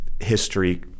history